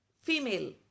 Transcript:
female